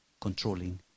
controlling